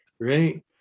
right